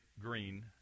green